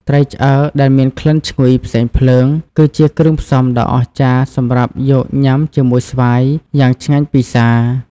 ត្រីឆ្អើរដែលមានក្លិនឈ្ងុយផ្សែងភ្លើង គឺជាគ្រឿងផ្សំដ៏អស្ចារ្យសម្រាប់យកញាំជាមួយស្វាយ យ៉ាងឆ្ងាញ់ពិសា។